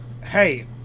hey